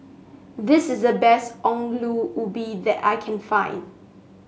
this is the best Ongol Ubi that I can find